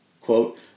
Quote